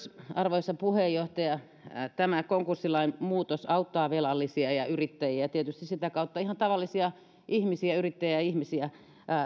arvoisa puheenjohtaja tämä konkurssilain muutos auttaa velallisia ja yrittäjiä ja tietysti sitä kautta ihan tavallisia ihmisiä yrittäjäihmisiä